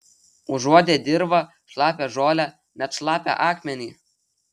užuodė dirvą šlapią žolę net šlapią akmenį